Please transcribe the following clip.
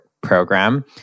program